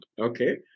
Okay